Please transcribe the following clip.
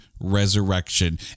resurrection